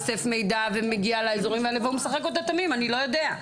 אוסף מידע ומגיע לאזורים האלה והוא משחק אותה תמים ואומר שהוא לא יודע.